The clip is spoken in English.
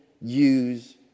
use